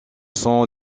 sont